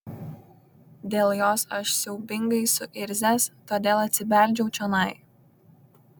dėl jos aš siaubingai suirzęs todėl atsibeldžiau čionai